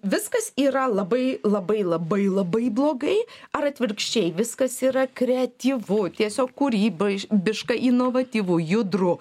viskas yra labai labai labai labai blogai ar atvirkščiai viskas yra kreatyvu tiesiog kūrybai biškai inovatyvu judru